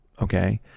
okay